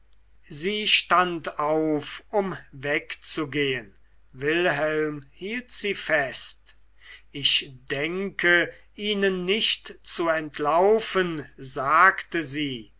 sie stand auf um wegzugehen wilhelm hielt sie fest ich denke ihnen nicht zu entlaufen sagte sie